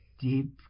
deep